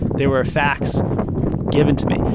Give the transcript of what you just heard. there were facts given to me.